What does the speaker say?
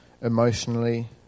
emotionally